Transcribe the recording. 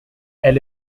elle